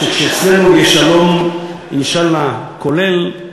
אני מניח שכשאצלנו יהיה שלום, אינשאללה, כולל,